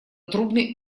трубной